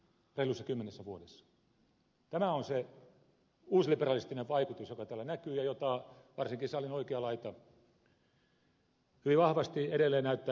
tämä on se uusliberalistinen vaikutus joka täällä näkyy ja jota varsinkin salin oikea laita hyvin vahvasti edelleen näyttää edustavan